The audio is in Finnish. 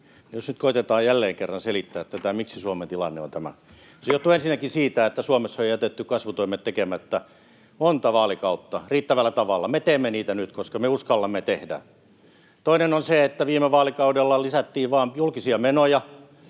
Jos nyt koetetaan jälleen kerran selittää, miksi Suomen tilanne on tämä: Se johtuu ensinnäkin siitä, että Suomessa on monta vaalikautta jätetty kasvutoimet tekemättä riittävällä tavalla. Me teemme niitä nyt, koska me uskallamme tehdä. Toinen on se, että viime vaalikaudella vain lisättiin julkisia menoja,